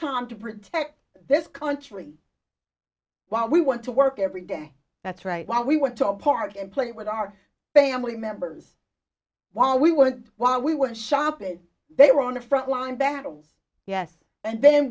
time to protect this country while we want to work every day that's right why we went to a park and play with our family members why we want why we went shopping they were on the front line battles yes and then